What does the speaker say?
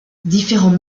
différents